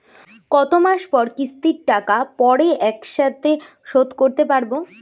কত মাস পর কিস্তির টাকা পড়ে একসাথে শোধ করতে পারবো?